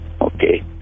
Okay